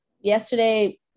yesterday